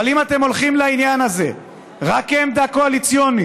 אבל אם אתם הולכים לעניין הזה רק כעמדה קואליציונית,